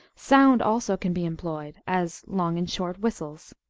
sound also can be employed, as long and short whistles.